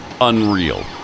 unreal